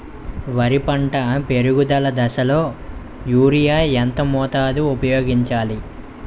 వరి పంట పెరుగుదల దశలో యూరియా ఎంత మోతాదు ఊపయోగించాలి?